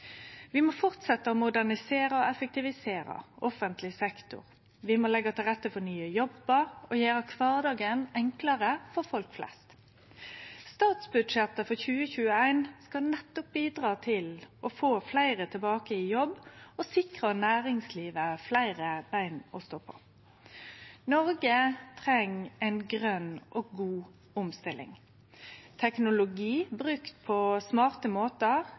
Vi må halde fram med å modernisere og effektivisere offentleg sektor. Vi må leggje til rette for nye jobbar og gjere kvardagen enklare for folk flest. Statsbudsjettet for 2021 skal nettopp bidra til å få fleire tilbake i jobb og å sikre næringslivet fleire bein å stå på. Noreg treng ei grøn og god omstilling. Teknologi brukt på smarte måtar